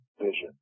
vision